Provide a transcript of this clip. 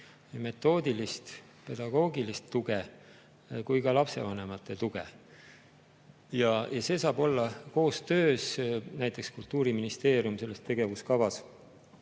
metoodilist, pedagoogilist tuge kui ka lapsevanemate tuge. Ja see saab olla koostöös. Näiteks Kultuuriministeerium selles tegevuskavas